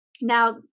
Now